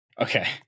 Okay